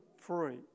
free